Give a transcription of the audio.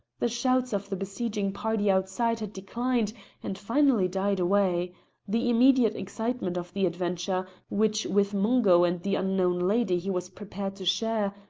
the shouts of the besieging party outside had declined and finally died away the immediate excitement of the adventure, which with mungo and the unknown lady he was prepared to share,